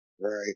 Right